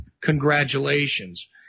Congratulations